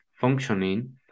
functioning